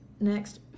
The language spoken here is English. Next